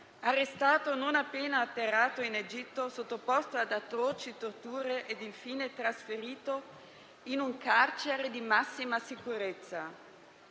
arrestato non appena atterrato in Egitto, sottoposto ad atroci torture e, infine, trasferito in un carcere di massima sicurezza?